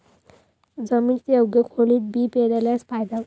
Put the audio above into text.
जमिनीत योग्य खोलीत बी पेरल्यास फायदा होतो